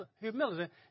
humility